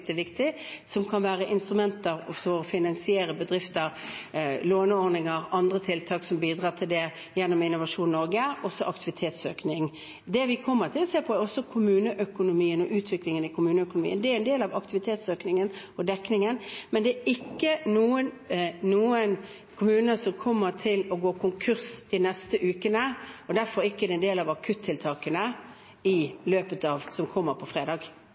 som kan være instrumenter for å finansiere bedrifter – låneordninger og andre tiltak som bidrar til det, gjennom Innovasjon Norge, også aktivitetsøkning. Det vi også kommer til å se på, er kommuneøkonomien og utviklingen i kommuneøkonomien. Det er en del av aktivitetsøkningen og dekningen. Men det er ikke noen kommuner som kommer til å gå konkurs de neste ukene, og det er derfor ikke en del av akuttiltakene som kommer på fredag.